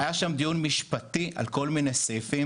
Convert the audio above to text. היה שם דיון משפטי על כל מיני סעיפים,